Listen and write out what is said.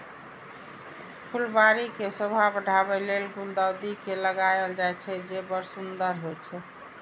फुलबाड़ी के शोभा बढ़ाबै लेल गुलदाउदी के लगायल जाइ छै, जे बड़ सुंदर होइ छै